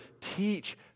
Teach